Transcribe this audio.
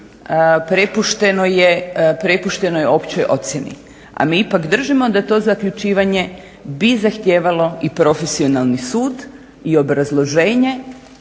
Prepušteno je općoj ocijeni, a mi ipak držimo da to zaključivanje bi zahtijevalo i profesionalni sud i obrazloženje